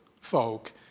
folk